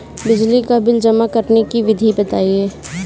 बिजली का बिल जमा करने की विधि बताइए?